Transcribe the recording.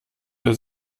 der